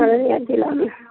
अररिया जिलामे